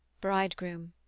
Bridegroom